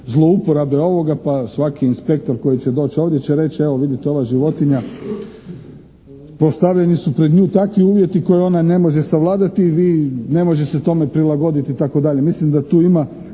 zlouporabe ovoga pa svaki inspektor koji će doći ovdje će reći evo vidite ova životinja, postavljeni su pred nju takvi uvjeti koje ona ne može savladati i vi ne može se tome prilagoditi itd., mislim da tu ima